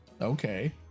Okay